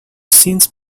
since